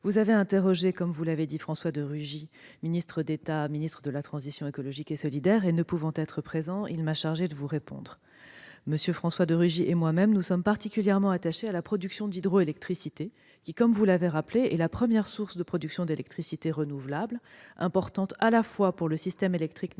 vous avez interrogé François de Rugy, ministre d'État, ministre de la transition écologique et solidaire, lequel, ne pouvant être présent, m'a chargée de vous répondre. François de Rugy et moi-même sommes particulièrement attachés à la production d'hydroélectricité qui, comme vous l'avez rappelé, est la première source de production d'électricité renouvelable, importante à la fois pour le système électrique national